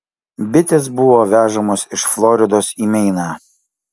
bitės buvo vežamos iš floridos į meiną